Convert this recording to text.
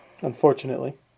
Unfortunately